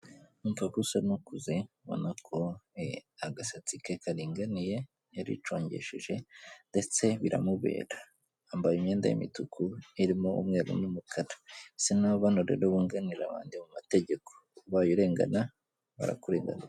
Umva gusa n'ukuze mbona ko agasatsi ke karinganiye yaricongesheje ndetse biramubera yambaye imyenda y'imituku irimo umweru n'umukara ubana rero asa nk'uwunganira abandi mu mategekobaye, urengana barakureganura.